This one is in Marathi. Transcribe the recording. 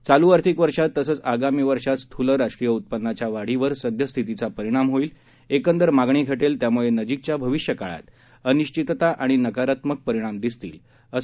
चालू आर्थिक वर्षात तसंच आगामी वर्षात स्थूल राष्ट्रीय उत्पादनाच्या वाढीवर सद्यस्थितीचा परिणाम होईल एकंदर मागणी घटेल त्यामुळे नजिकच्या भविष्यकाळात अनिश्वितता आणि नकारात्मक परिणाम दिसतील असं बँकेनं म्हटलं आहे